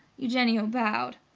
eugenio bowed.